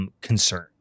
Concern